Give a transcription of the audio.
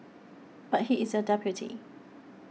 but he is your deputy